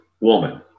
woman